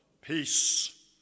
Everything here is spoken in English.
peace